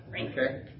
okay